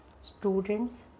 students